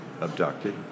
abducted